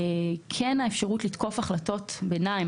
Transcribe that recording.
האפשרות לתקוף החלטות ביניים,